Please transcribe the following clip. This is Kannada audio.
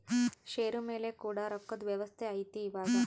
ಷೇರು ಮೇಲೆ ಕೂಡ ರೊಕ್ಕದ್ ವ್ಯವಸ್ತೆ ಐತಿ ಇವಾಗ